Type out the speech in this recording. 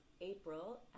April